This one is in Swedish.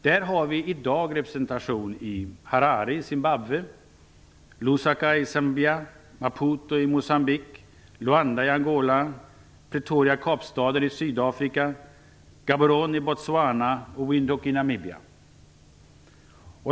Där finns det i dag representation i Harare i Zimbabwe, i Lusaka i Zambia, i Maputo i Moçambique, i Luanda i Angola, i Pretoria-Kapstaden i Sydafrika, i Gaborone i Botswana och i Windhoek i Namibia.